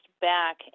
back